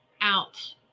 out